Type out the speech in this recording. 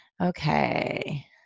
Okay